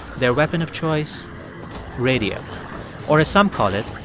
their weapon of choice radio or as some call it,